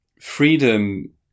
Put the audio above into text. freedom